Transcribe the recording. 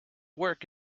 work